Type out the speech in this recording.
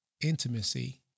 intimacy